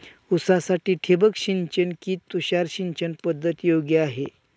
ऊसासाठी ठिबक सिंचन कि तुषार सिंचन पद्धत योग्य आहे?